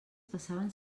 passaven